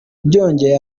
byongeye